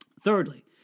Thirdly